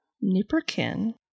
Nipperkin